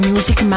Music